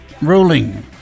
ruling